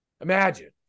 Imagine